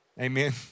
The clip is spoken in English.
Amen